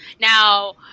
now